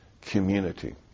community